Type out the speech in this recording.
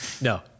no